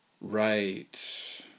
right